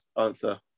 answer